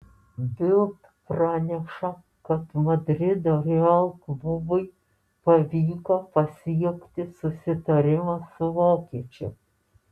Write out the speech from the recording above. bild praneša kad madrido real klubui pavyko pasiekti susitarimą su vokiečiu